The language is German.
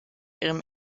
ihrem